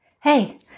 Hey